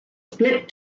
split